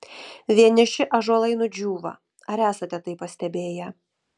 vieniši ąžuolai nudžiūva ar esate tai pastebėję